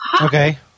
Okay